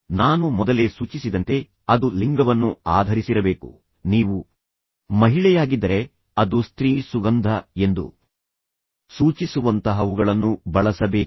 ನಾನು ಮೊದಲೇ ಸೂಚಿಸಿದಂತೆ ಅದು ಲಿಂಗವನ್ನು ಆಧರಿಸಿರಬೇಕು ನೀವು ಮಹಿಳೆಯಾಗಿದ್ದರೆ ಅದು ಸ್ತ್ರೀ ಸುಗಂಧ ಎಂದು ಸೂಚಿಸುವಂತಹವುಗಳನ್ನು ಬಳಸಬೇಕು